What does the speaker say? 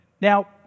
Now